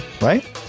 right